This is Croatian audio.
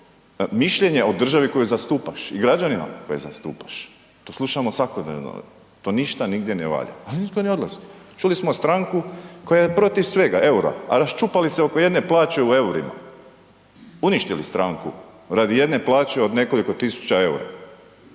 mišljenje o državi koju zastupaš i građanima koje zastupaš. To slušamo svakodnevno, to ništa nigdje ne valja, pa nitko ne odlazi. Čuli smo stranku koja je protiv svega, eura, a raščupali se oko jedne plaće u eurima, uništili stranku radi jedne plaće od nekoliko tisuća eura